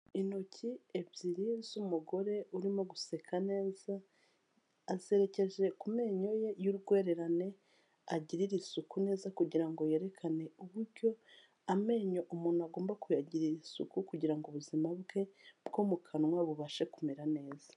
Intoki ebyiri z'umugore urimo guseka neza, azerekeje ku menyo ye y'urwererane agirira isuku neza, kugira ngo yerekane uburyo amenyo umuntu agomba kuyagirira isuku, kugira ngo ubuzima bwe bwo mu kanwa bubashe kumera neza.